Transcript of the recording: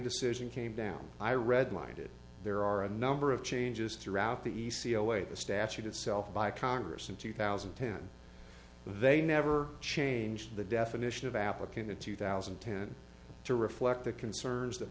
decision came down i read minded there are a number of changes throughout the e c l way the statute itself by congress in two thousand and ten they never changed the definition of applicant to two thousand and ten to reflect the concerns that